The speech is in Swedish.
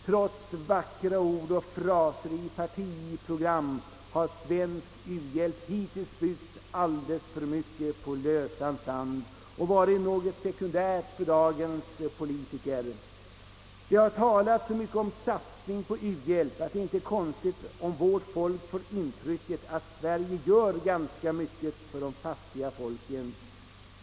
Trots vackra ord och fraser i partiprogram har svensk u-hjälp hittills byggts alldeles för mycket på lösan sand och har varit något sekundärt för dagens politiker. Det har talats så mycket om en satsning på uhjälp, att det inte är konstigt om vårt folk får intrycket att Sverige gör ganska mycket för de fattiga folken.